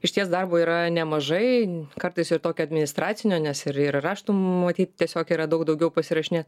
išties darbo yra nemažai kartais ir tokio administracinio nes ir ir raštų matyt tiesiog yra daug daugiau pasirašinėt